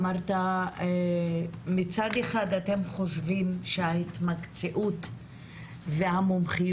אמרת שמצד אחד אתם חושבים שאת ההתמקצעות והמומחיות